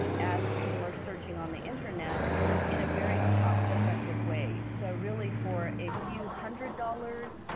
as people are searching on the internet in a very cost effective way. so really for a few hundred dollars,